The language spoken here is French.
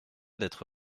d’être